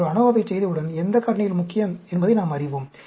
நாம் ஒரு ANOVA வைச் செய்தவுடன் எந்த காரணிகள் முக்கியம் என்பதை நாம் அறிவோம்